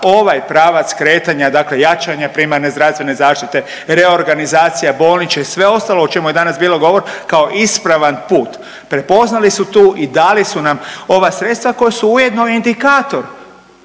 ovaj pravac kretanja dakle jačanja primarne zdravstvene zaštite, reorganizacija bolničke i sve ostalo o čemu je danas bilo govora kao ispravan put. Prepoznali su tu i dali su nam ova sredstva koja su ujedno i indikatori